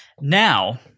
Now